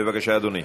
בבקשה, אדוני.